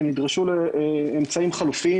הם נדרשו לאמצעים חלופיים,